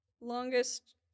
longest